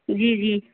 जी जी